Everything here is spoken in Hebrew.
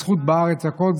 זכות בארץ והכול,